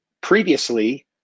Previously